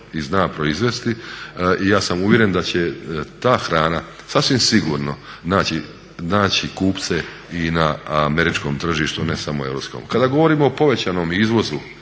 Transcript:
i zna proizvesti i ja sam uvjeren da će ta hrana sasvim sigurno naći kupce i na američkom tržištu, a ne samo europskom. Kada govorimo o povećanom izvozu